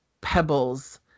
pebbles